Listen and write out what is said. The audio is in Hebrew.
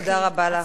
תודה רבה לך,